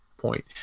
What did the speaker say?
point